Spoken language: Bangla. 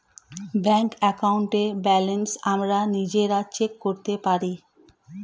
ব্যাংক অ্যাকাউন্টের ব্যালেন্স আমরা নিজেরা চেক করতে পারি